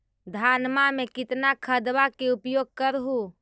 धानमा मे कितना खदबा के उपयोग कर हू?